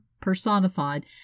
personified